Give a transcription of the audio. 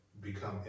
become